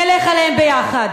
נלך אליהם יחד.